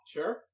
Sure